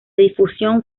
difusión